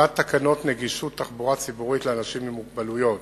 כתיבת תקנות נגישות תחבורה ציבורית לאנשים עם מוגבלויות,